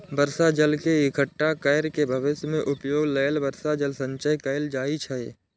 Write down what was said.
बर्षा जल के इकट्ठा कैर के भविष्य मे उपयोग लेल वर्षा जल संचयन कैल जाइ छै